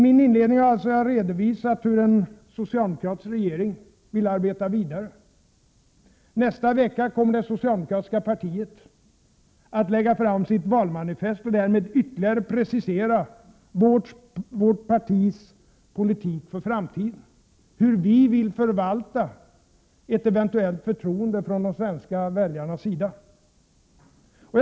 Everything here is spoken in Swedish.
I min inledning har jag alltså redovisat hur en socialdemokratisk regering vill arbeta vidare. Nästa vecka kommer det socialdemokratiska partiet att lägga fram sitt valmanifest och därmed ytterligare precisera vårt — Prot. 1987/88:137 partis politik för framtiden, hur vi vill förvalta ett eventuellt förtroende från — 9 juni 1988 de svenska väljarnas sida.